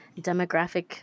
demographic